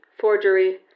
Forgery